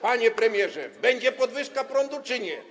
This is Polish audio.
Panie premierze, będzie podwyżka cen prądu czy nie?